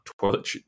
toilet